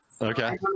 Okay